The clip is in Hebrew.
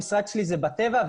המשרד שלי זה בטבע,